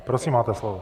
Prosím, máte slovo.